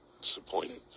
disappointed